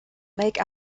make